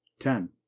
ten